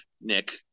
Nick